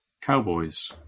Cowboys